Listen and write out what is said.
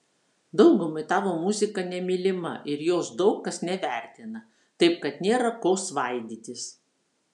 daugumai tavo muzika nemylima ir jos daug kas nevertina taip kad nėra ko svaidytis